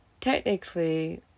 Technically